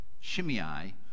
Shimei